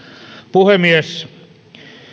puhemies